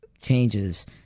changes